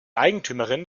eigentümerin